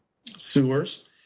sewers